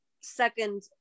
second